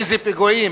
מאיזה פיגועים?